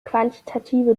quantitative